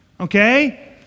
Okay